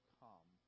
come